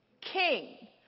King